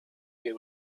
che